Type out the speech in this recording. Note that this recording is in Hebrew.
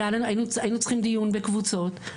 והיינו צריכים דיון בקבוצות,